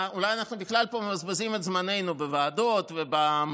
אולי אנחנו בכלל מבזבזים פה את זמננו בוועדות ובמליאה,